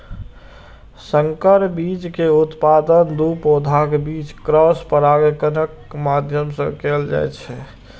संकर बीज के उत्पादन दू पौधाक बीच क्रॉस परागणक माध्यम सं कैल जाइ छै